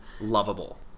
lovable